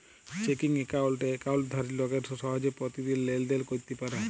checking একাউল্টে একাউল্টধারি লোকেরা সহজে পতিদিল লেলদেল ক্যইরতে পারে